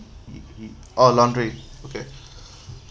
i~ i~ oh laundry okay